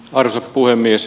arvoisa puhemies